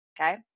okay